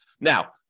Now